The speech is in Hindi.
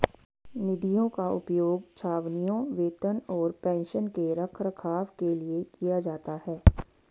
निधियों का उपयोग छावनियों, वेतन और पेंशन के रखरखाव के लिए किया जाता है